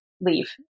leave